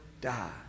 die